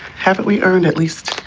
haven't we earned at least